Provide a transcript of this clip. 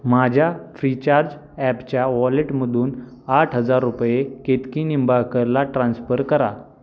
माझ्या फ्रीचार्ज ॲपच्या वॉलेटमधून आठ हजार रुपये केतकी निंबाळकरला ट्रान्स्फर करा